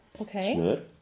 Okay